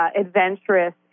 adventurous